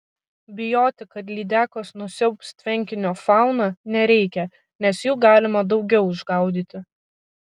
bijoti kad lydekos nusiaubs tvenkinio fauną nereikia nes jų galima daugiau išgaudyti